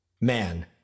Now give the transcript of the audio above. Man